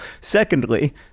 Secondly